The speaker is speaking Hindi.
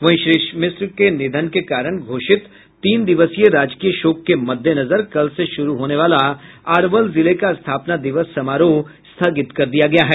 वहीं श्री मिश्र के निधन के कारण घोषित तीन दिवसीय राजकीय शोक के मद्देनजर कल से शुरू होने वाला अरवल जिले का स्थापना दिवस समारोह स्थगित कर दिया गया है